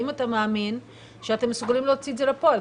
האם אתה מאמין שאתם מסוגלים להוציא את זה לפועל.